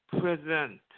present